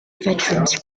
veterans